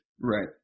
Right